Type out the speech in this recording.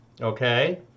Okay